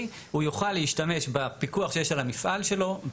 הוא יוכל להשתמש בפיקוח שיש על המפעל שלו,